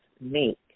make